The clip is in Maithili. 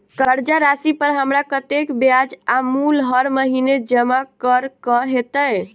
कर्जा राशि पर हमरा कत्तेक ब्याज आ मूल हर महीने जमा करऽ कऽ हेतै?